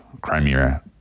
Crimea